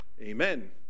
Amen